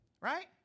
Right